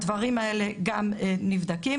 הדברים האלה גם נבדקים.